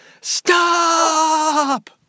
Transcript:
Stop